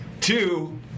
Two